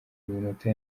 minota